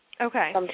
Okay